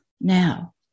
Now